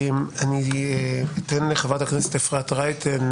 אני אתן לחברת הכנסת אפרת רייטן,